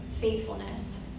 faithfulness